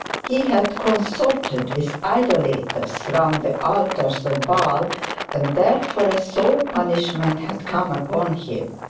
he had consorted with idolaters round the altars of baal and therefore a sore punishment had come upon him.